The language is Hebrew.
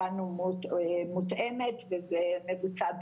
ממנו כבר בשנת המס שבגינה הן מבקשות את